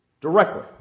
directly